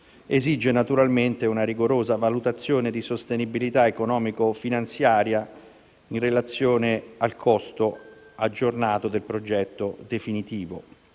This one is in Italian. esige naturalmente una rigorosa valutazione di sostenibilità economico-finanziaria in relazione al costo aggiornato del progetto definitivo.